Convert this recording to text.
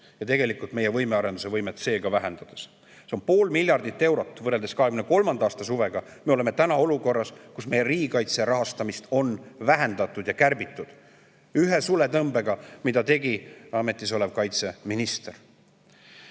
Tegelikult see meie võimearenduse võimet vähendas. See on pool miljardit eurot. Võrreldes 2023. aasta suvega me oleme täna olukorras, kus meie riigikaitse rahastamist on vähendatud ja kärbitud ühe suletõmbega, mille tegi ametis olev kaitseminister.